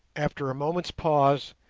after a moment's pause,